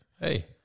Hey